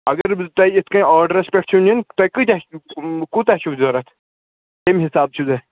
اگرَے بہٕ تۄہہِ یِتھ کَنۍ آڈرَس پٮ۪ٹھ چھو نِنۍ تۄہہِ کۭتیٛاہ کوٗتاہ چھُو ضوٚرَتھ کَمۍ حساب چھِ